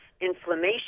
inflammation